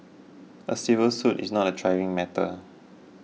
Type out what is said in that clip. a civil suit is not a trivial matter